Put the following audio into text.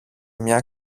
μια